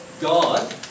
God